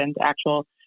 actual